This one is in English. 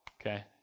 okay